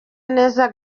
neza